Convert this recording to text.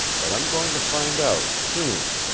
but i'm going to find out soon.